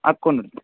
അക്കൗണ്ടുണ്ട്